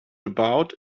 about